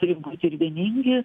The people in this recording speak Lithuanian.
turi būt ir vieningi